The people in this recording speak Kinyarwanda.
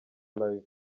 live